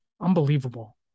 unbelievable